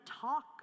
talk